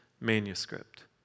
manuscript